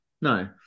No